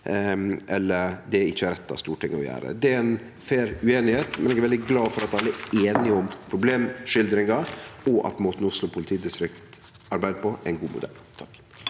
eller om det ikkje er rett av Stortinget å gjere. Det er ei fair ueinigheit, men eg er veldig glad for at alle er einige om problemskildringa og at måten Oslo politidistrikt arbeider på, er ein god modell.